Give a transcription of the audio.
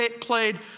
played